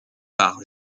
par